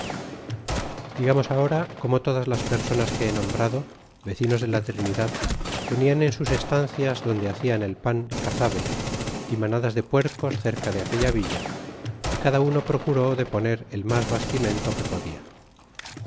ahora como todas las personas que he nombrado vecinos de la trinidad tenian en sus estancias donde hacían et pan cazabe y manadas de puercos cerca de aquella villa y cada uno procuró de poner el ras bastimento que podía